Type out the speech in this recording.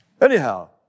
Anyhow